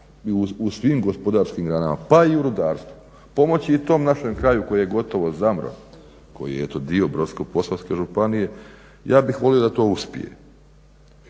u svim gospodarskim granama pa i u rudarstvu pomoći tom našem kraju koji je gotovo zamro, koji je eto dio Brodsko-posavske županije, ja bih volio da to uspije.